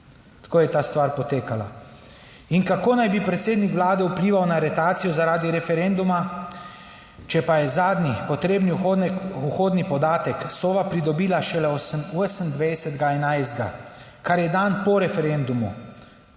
Tako je ta stvar potekala. In kako naj bi predsednik Vlade vplival na aretacijo zaradi referenduma, če pa je zadnji potrebni vhodni podatek Sova pridobila šele 28. 11., kar je dan po referendumu?